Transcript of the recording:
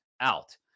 out